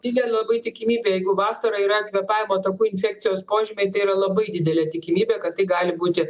didelė tikimybė jeigu vasarą yra kvėpavimo takų infekcijos požymiai tai yra labai didelė tikimybė kad tai gali būti